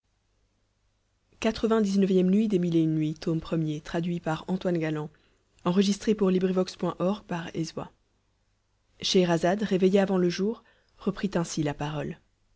scheherazade réveillée avant le jour reprit ainsi la parole